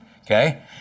okay